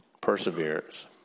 perseverance